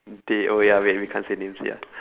they oh ya wait we can't say names ya